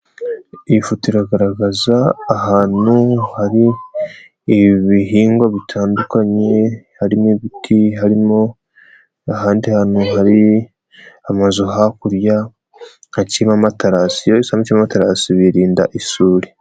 Iyi foto iragaragaza ahantu hari ibihingwa bitandukanye, harimo ibiti, harimo ahandi hantu hari amazu hakurya haciyemo amatarasi, bahise bacamo amatarasi birinda isuri.